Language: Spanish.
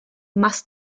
más